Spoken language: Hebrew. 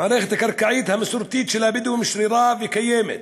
המערכת הקרקעית המסורתית של הבדואים שרירה וקיימת,